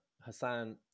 Hassan